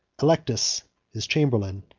eclectus, his chamberlain,